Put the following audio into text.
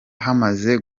hamaze